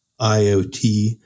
IoT